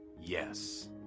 yes